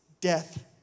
death